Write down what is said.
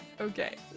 Okay